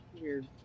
weird